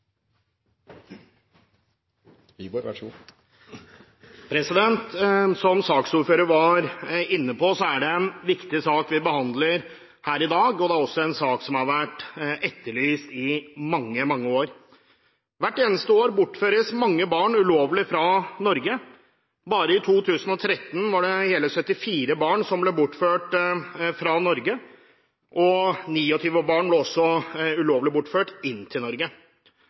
det en viktig sak vi behandler her i dag, og det er også en sak som har vært etterlyst i mange, mange år. Hvert eneste år bortføres mange barn ulovlig fra Norge, bare i 2013 var det hele 74 barn som ble bortført fra Norge, og 29 barn ble også ulovlig bortført inn til Norge.